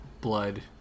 blood